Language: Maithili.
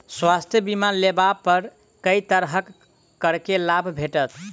स्वास्थ्य बीमा लेबा पर केँ तरहक करके लाभ भेटत?